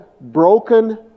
broken